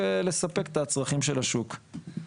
ולספק את הצרכים של השוק.